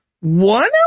one